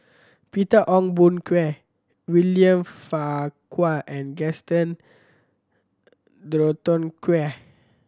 Peter Ong Boon Kwee William Farquhar and Gaston Dutronquoy